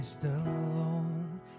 alone